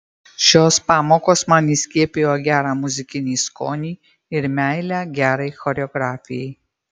šios pamokos man įskiepijo gerą muzikinį skonį ir meilę gerai choreografijai